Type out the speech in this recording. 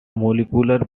molecular